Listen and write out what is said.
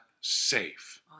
safe